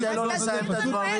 תן לו לסיים את הדברים.